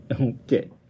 Okay